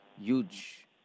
huge